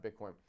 Bitcoin